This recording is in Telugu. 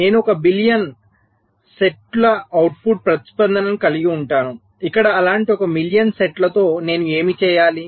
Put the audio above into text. నేను 1 బిలియన్ సెట్ల అవుట్పుట్ ప్రతిస్పందనలను కలిగి ఉంటాను ఇక్కడ అలాంటి 1 మిలియన్ సెట్లతో నేను ఏమి చేయాలి